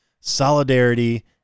solidarity